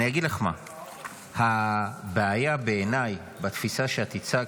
אני אגיד לך מה הבעיה בעיניי בתפיסה שאת הצגת,